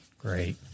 Great